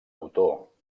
autor